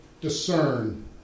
discern